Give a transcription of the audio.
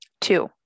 Two